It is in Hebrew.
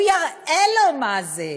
הוא יראה לו מה זה.